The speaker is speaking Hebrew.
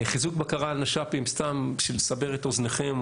חיזוק בקרה על נש"פים סתם בשביל לסבר את אוזניכם,